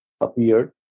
appeared